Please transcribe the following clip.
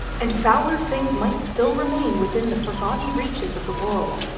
and fouler things might still remain within the forgotten reaches of the world,